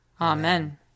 Amen